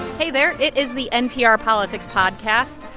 hey, there. it is the npr politics podcast.